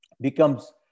becomes